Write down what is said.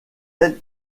elle